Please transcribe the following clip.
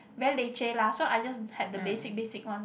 very leceh lah so I just had the basic basic one